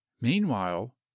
Meanwhile